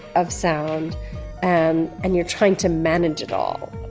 of sound and and you're trying to manage it all.